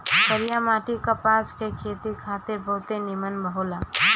करिया माटी कपास के खेती खातिर बहुते निमन होला